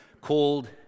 Called